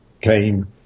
came